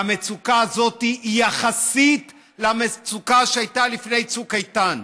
והמצוקה הזאת היא יחסית למצוקה שהייתה לפני צוק איתן,